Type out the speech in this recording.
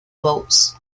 vaults